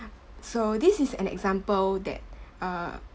so this is an example that uh